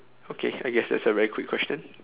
okay I guess that's a very quick question